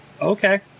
Okay